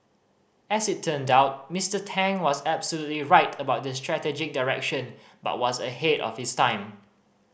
as it turned out Mister Tang was absolutely right about the strategic direction but was ahead of his time